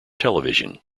television